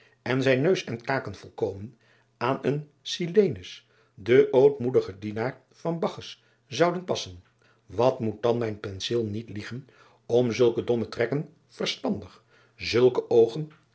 en zijn neus en kaken volkomen aan een ilenus den ootmoedigen dienaar van acchus zouden passen wat moet dan mijn penseel niet liegen om zulke domme trekken verstandig zulke oogen